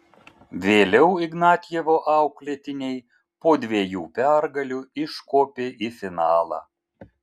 vėliau ignatjevo auklėtiniai po dviejų pergalių iškopė į finalą